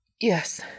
Yes